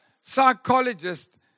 psychologist